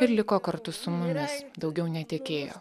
ir liko kartu su mumis daugiau netekėjo